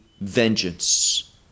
vengeance